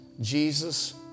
Jesus